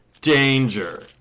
Danger